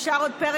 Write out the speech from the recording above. כן, רק